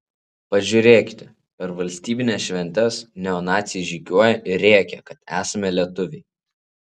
pažiūrėkite per valstybines šventes neonaciai žygiuoja ir rėkia kad esame lietuviai